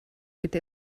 bitte